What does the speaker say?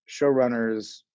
showrunners